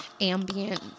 ambient